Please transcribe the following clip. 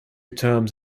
terms